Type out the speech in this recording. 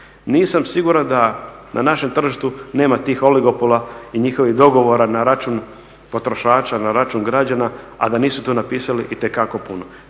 Nisam siguran da na našem tržištu nema tih oligopola i njihovih dogovora na račun potrošača, na račun građana, a da nisu to napisali itekako puno.